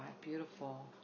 Beautiful